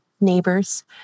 neighbors